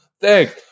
Thanks